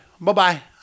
bye-bye